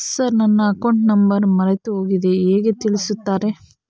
Sir ನನ್ನ account number ಮರೆತುಹೋಗಿದೆ ಹೇಗೆ ತಿಳಿಸುತ್ತಾರೆ?